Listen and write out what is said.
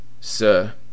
Sir